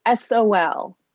SOL